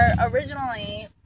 originally